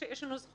יש לנו זכות